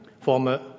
former